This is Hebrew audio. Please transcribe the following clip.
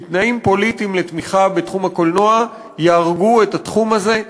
כי תנאים פוליטיים לתמיכה בתחום הקולנוע יהרגו את התחום הזה,